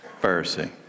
Pharisee